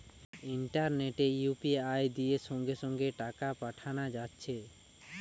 ইন্টারনেটে ইউ.পি.আই দিয়ে সঙ্গে সঙ্গে টাকা পাঠানা যাচ্ছে